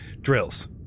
drills